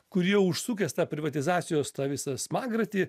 kur jau užsukęs tą privatizacijos tą visą smagratį